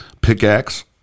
Pickaxe